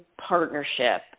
partnership